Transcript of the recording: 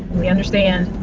we understand,